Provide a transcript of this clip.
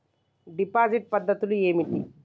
Deposit పద్ధతులు ఏమిటి?